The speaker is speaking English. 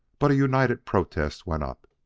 but a united protest went up.